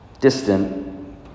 distant